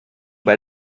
bei